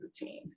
routine